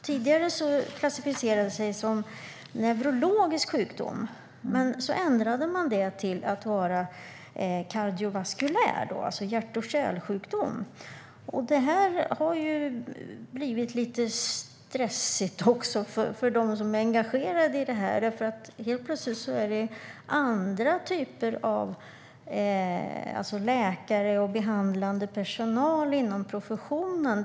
Tidigare klassificerades det som en neurologisk sjukdom. Men så ändrade man det till att vara en kardiovaskulär sjukdom, en hjärt-kärlsjukdom. Det har blivit lite stressigt för dem som är engagerade i detta. Helt plötsligt är det andra typer av läkare och behandlande personal inom professionen.